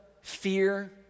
fear